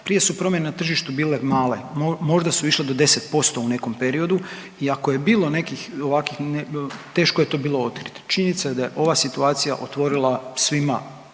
Prije su promjene na tržištu bile male, možda su išle do 10% u nekom periodu i ako je bilo nekih ovakih teško je to bilo otkrit. Činjenica je da je ova situacija otvorila svima